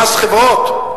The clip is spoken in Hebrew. למס חברות,